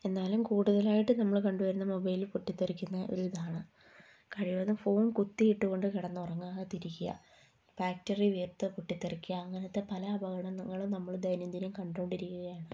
എന്നാലും കൂടുതലായിട്ട് നമ്മൾ കണ്ട് വരുന്ന മൊബൈൽ പൊട്ടി തെറിക്കുന്ന ഒരിതാണ് കഴിവതും ഫോൺ കുത്തിയിട്ടുകൊണ്ട് കിടന്ന് ഉറങ്ങാതെ ഇരിക്കുക ബാറ്ററി വീർത്ത് പൊട്ടിത്തെറിക്കുക അങ്ങനത്തെ പല അപകടങ്ങളും നമ്മൾ ദൈനംദിനം കണ്ടു കൊണ്ടിരിക്കുകയാണ്